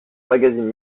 magazine